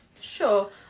Sure